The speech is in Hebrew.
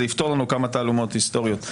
זה יפתור לנו כמה תעלומות היסטוריות,